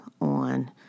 on